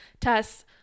Tess